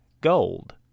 gold